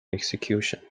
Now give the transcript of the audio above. execution